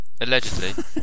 Allegedly